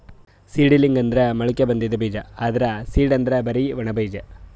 seedling ಅಂದ್ರ ಮೊಳಕೆ ಬಂದಿದ್ ಬೀಜ, ಆದ್ರ್ ಸೀಡ್ ಅಂದ್ರ್ ಬರಿ ಒಣ ಬೀಜ